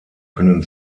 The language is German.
können